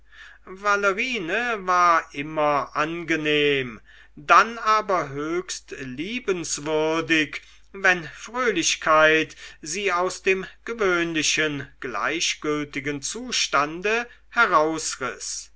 war immer angenehm dann aber höchst liebenswürdig wenn fröhlichkeit sie aus dem gewöhnlichen gleichgültigen zustande herausriß